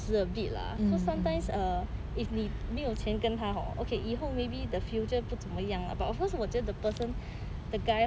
a bit lah cause sometimes if 你如果你没有钱跟他 hor okay 以后 maybe the future 不怎么样 but of course 我觉得 the person the guy hor